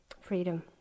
freedom